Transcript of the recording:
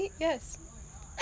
Yes